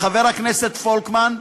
לחבר הכנסת פולקמן,